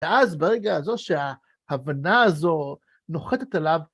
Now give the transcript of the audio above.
ואז ברגע הזו שההבנה הזו נוחתת עליו.